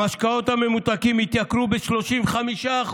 המשקאות הממותקים התייקרו ב-35%.